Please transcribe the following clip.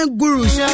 gurus